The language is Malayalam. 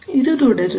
ഇത് തുടരുന്നു